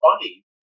funny